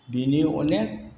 बिनि अनेख